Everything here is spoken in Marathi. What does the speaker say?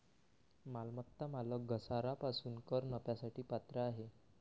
मालमत्ता मालक घसारा पासून कर नफ्यासाठी पात्र आहे